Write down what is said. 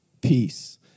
peace